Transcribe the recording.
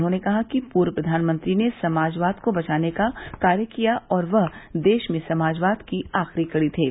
उन्होंने कहा कि पूर्व प्रधानमंत्री ने समाजवाद को बचाने का कार्य किया और वह देश में समाजवाद की आखिरी कड़ी थे